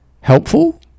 helpful